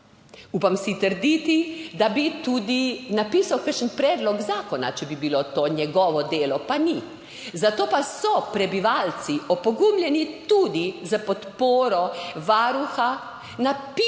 Upam si trditi, da bi tudi napisal kakšen predlog zakona, če bi bilo to njegovo delo, pa ni. Zato pa so prebivalci, opogumljeni tudi s podporo Varuha, napisali